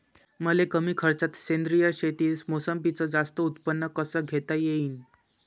मले कमी खर्चात सेंद्रीय शेतीत मोसंबीचं जास्त उत्पन्न कस घेता येईन?